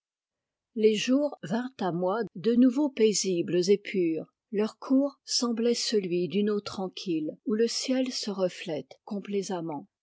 les jours vinrent à moi de nouveau paisibles et purs leur cours semblait celui d'une eau tranquille où le ciel se reflète